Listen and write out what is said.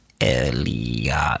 Elliot